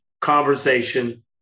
conversation